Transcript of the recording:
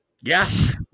Yes